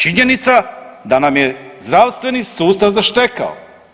Činjenica da nam je zdravstveni sustav zaštekao.